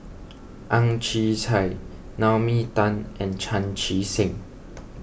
Ang Chwee Chai Naomi Tan and Chan Chee Seng